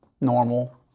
normal